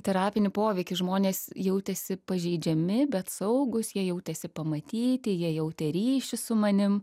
terapinį poveikį žmonės jautėsi pažeidžiami bet saugūs jie jautėsi pamatyti jie jautė ryšį su manim